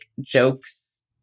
jokes